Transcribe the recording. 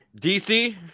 DC